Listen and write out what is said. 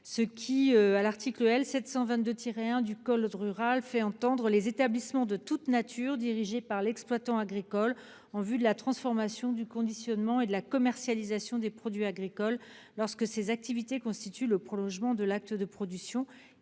». L'article L. 722-1 du même code précise que les « établissements de toute nature dirigés par l'exploitant agricole en vue de la transformation, du conditionnement et de la commercialisation des produits agricoles lorsque ces activités constituent le prolongement de l'acte de production